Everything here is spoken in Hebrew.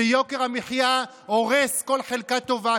שיוקר המחיה הורס כל חלקה טובה.